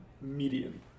medium